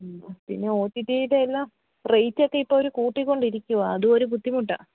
പിന്നെ O T ടിയിൽ എല്ലാം റേറ്റ് ഒക്കെ ഇപ്പം അവർ കൂട്ടിക്കൊണ്ടിരിക്കുവാണ് അതും ഒരു ബുദ്ധിമുട്ടാണ്